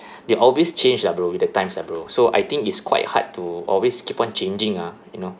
they always change lah bro with the times ah bro so I think it's quite hard to always keep on changing ah you know